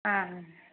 ஆ ஆ